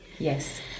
Yes